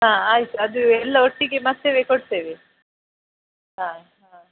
ಹಾಂ ಆಯ್ತು ಅದು ಎಲ್ಲ ಒಟ್ಟಿಗೆ ಮತ್ತೇವೆ ಕೊಡ್ತೇವೆ ಹಾಂ ಹಾಂ